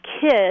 kids